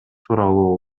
тууралуу